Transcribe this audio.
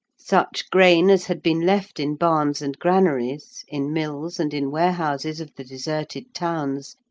such grain as had been left in barns and granaries, in mills, and in warehouses of the deserted towns,